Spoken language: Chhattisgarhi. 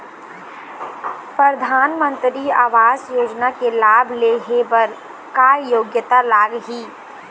परधानमंतरी आवास योजना के लाभ ले हे बर का योग्यता लाग ही?